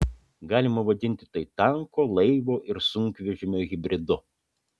galima vadinti tai tanko laivo ir sunkvežimio hibridu